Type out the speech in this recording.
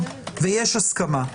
ויש הסכמה,